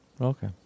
Okay